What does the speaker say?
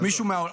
מישהו מהאוצר.